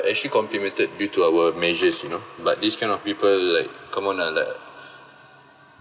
actually complimented due to our measures you know but this kind of people like come on lah like